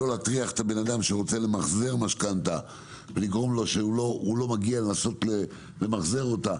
לא להטריח את האדם שרוצה למחזר משכנתא - לגרום לו שלא מגיע למחזר אותה,